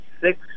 six